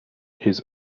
his